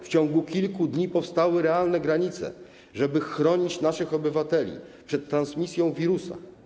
W ciągu kilku dni powstały realne granice, żeby chronić naszych obywateli przed transmisją wirusa.